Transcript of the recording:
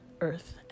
earth